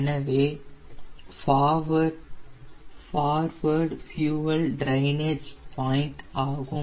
இதுவே forward fuel drainage point ஆகும்